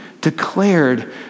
declared